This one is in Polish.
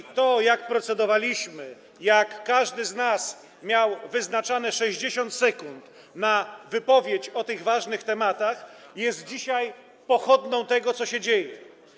I to, jak procedowaliśmy, jak każdy z nas miał wyznaczane 60 sekund na wypowiedź na te ważne tematy, jest dzisiaj pochodną tego, co się dzieje.